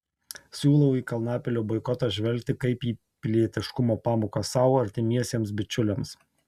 siūlau į kalnapilio boikotą žvelgti kaip į pilietiškumo pamoką sau artimiesiems bičiuliams